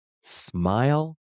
Smile